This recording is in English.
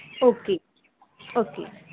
okay okay